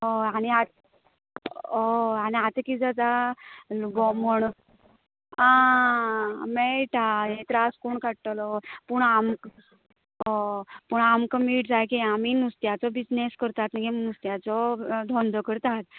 हय आनी आतां हय आनी आतां कितें जाता म्हण आं मेळटा हे त्रास कोण काडटलो पूण आमकां हय पूण आमकां मीठ जाय गे आमी नुस्त्याचो बिजनस करता न्ही गे नुस्त्याचो धंदो करतात